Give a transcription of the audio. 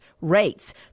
rates